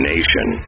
Nation